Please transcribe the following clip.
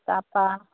তাৰপৰা